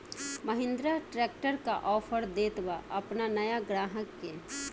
Mahindra tractor का offer देत बा अपना नया ग्राहक के?